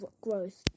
growth